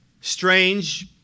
Strange